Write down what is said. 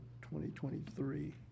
2023